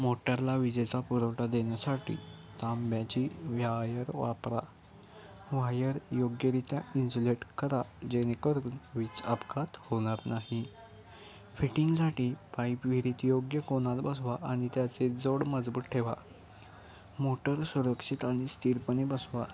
मोटरला वीजेचा पुरवठा देण्यासाठी तांब्याची व्यायर वापरा वायर योग्यरित्या इन्सुलेट करा जेणेकरून वीज अपघात होणार नाही फिटिंगसाठी पाईप विहिरीत योग्य कोनात बसवा आणि त्याचे जोड मजबूत ठेवा मोटर सुरक्षित आणि स्थिरपणे बसवा